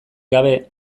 gabe